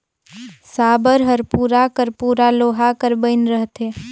साबर हर पूरा कर पूरा लोहा कर बइन रहथे